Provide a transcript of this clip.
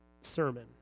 sermon